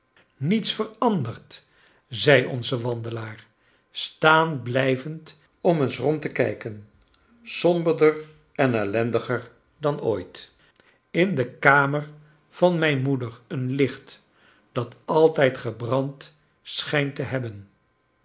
niets veranderd zei onze wandelaar staan blijvend om eens rond te kiiken somberder en ellendiger dan ooit in de kamer van mijn moeder een licht dat altijd gebrand schijnt te hebben